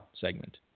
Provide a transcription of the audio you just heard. segment